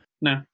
No